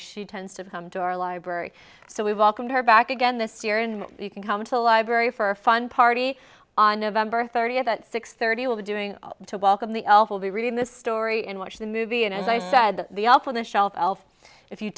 she tends to come to our library so we've all come to her back again this year and you can come to the library for a fun party on nov thirtieth at six thirty will be doing to welcome the elf will be reading this story and watch the movie and as i said the up on the shelf if you